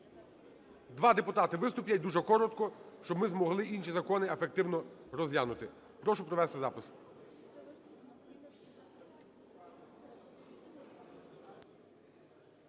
Два депутати виступлять дуже коротко, щоб ми змогли інші закони ефективно розглянути. Прошу провести запис.